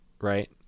right